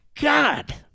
God